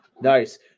Nice